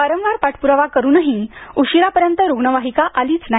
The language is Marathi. वारंवार पाठपुरावा करूनही उशिरापर्यंत रुग्णवाहिका आलीच नाही